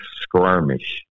skirmish